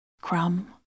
Crumb